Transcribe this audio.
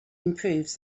improves